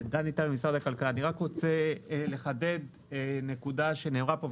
אני רק רוצה לחדד נקודה שנאמרה פה.